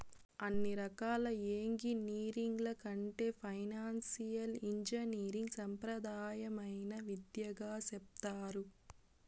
అన్ని రకాల ఎంగినీరింగ్ల కంటే ఫైనాన్సియల్ ఇంజనీరింగ్ సాంప్రదాయమైన విద్యగా సెప్తారు